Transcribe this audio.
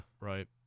Right